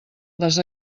les